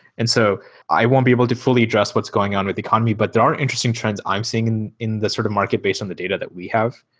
and so i won't be able to fully address what's going on with the economy, but there are interesting trends i'm seeing in the sort of market based on the data that we have,